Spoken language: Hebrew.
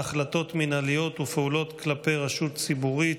(החלטות מינהליות ופעולות כלפי רשות ציבורית,